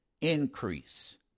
increase